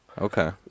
okay